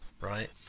right